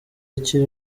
akiri